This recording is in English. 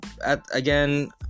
again